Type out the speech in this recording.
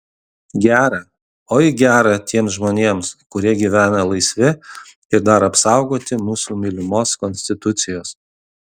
gera oi gera tiems žmonėms kurie gyvena laisvi ir dar apsaugoti mūsų mylimos konstitucijos